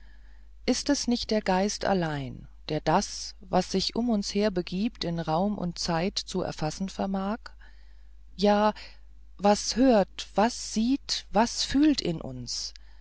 ist es nicht der geist allein der das was sich um uns her begibt in raum und zeit zu erfassen vermag ja was hört was sieht was fühlt in uns